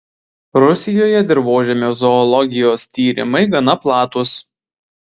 rusijoje dirvožemio zoologijos tyrimai gana platūs